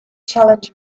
challenge